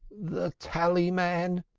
the tallyman!